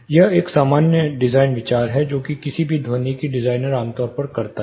यह एक सामान्य डिजाइन विचार है जो किसी भी ध्वनिकी डिजाइनर आमतौर पर करता है